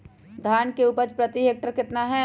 धान की उपज प्रति हेक्टेयर कितना है?